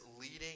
leading